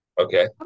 okay